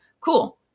Cool